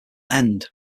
end